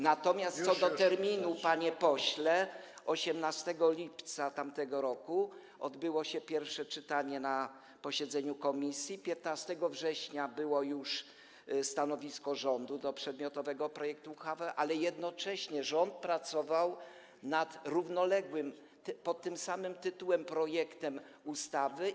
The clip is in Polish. Natomiast co do terminu, panie pośle, 18 lipca tamtego roku odbyło się pierwsze czytanie na posiedzeniu komisji, 15 września było już stanowisko rządu co do przedmiotowego projektu ustawy, ale jednocześnie rząd pracował nad równoległym, pod tym samym tytułem projektem ustawy.